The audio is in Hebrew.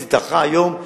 הכנסת התארכה היום,